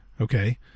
Okay